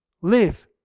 live